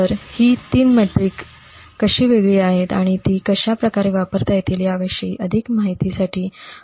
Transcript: तर ही तीन मेट्रिक कशी वेगळी आहेत आणि ती कशा प्रकारे वापरता येतील याविषयी अधिक माहितीसाठी आपण प्रत्यक्षात पेपर वाचा